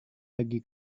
pergi